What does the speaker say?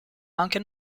anche